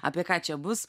apie ką čia bus